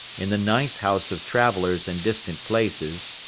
in the ninth house of travellers and distant places,